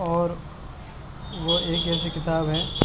اور وہ ایک ایسی کتاب ہے